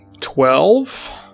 Twelve